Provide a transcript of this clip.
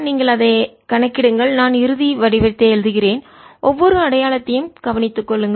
நீங்கள் அதை கணக்கிடுங்கள் நான் இறுதி வடிவத்தை எழுதுகிறேன் ஒவ்வொரு அடையாளத்தையும் கவனித்துக் கொள்ளுங்கள்